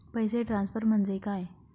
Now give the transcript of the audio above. पैसे ट्रान्सफर म्हणजे काय?